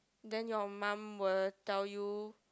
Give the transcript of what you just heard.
then your mum will tell you